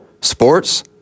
Sports